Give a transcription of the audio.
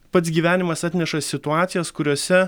pats gyvenimas atneša situacijas kuriose